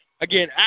again